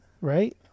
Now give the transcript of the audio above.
right